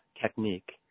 technique